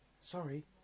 Sorry